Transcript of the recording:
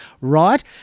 right